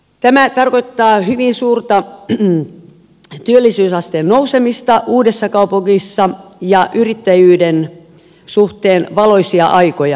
tämä tarkoittaa hyvin suurta työllisyysasteen nousemista uudessakaupungissa ja yrittäjyyden suhteen valoisia aikoja